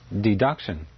deduction